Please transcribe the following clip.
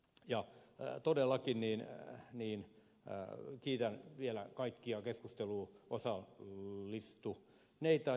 jaakko ja todella timmiin niin pää todellakin kiitän vielä kaikkia keskusteluun osallistuneita